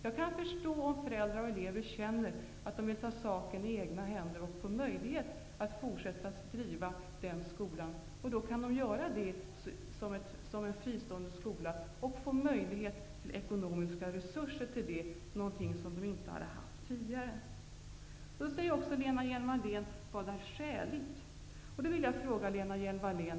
Jag kan förstå om föräldrar och elever känner att de vill ta saken i egna händer och få möjlighet att fortsätta att driva den skolan. Då kan de göra det som en fristående skola och få ekonomiska resurser till det, någonting som de inte har haft tidigare. Lena Hjelm-Wallén undrar också vad som är skäligt.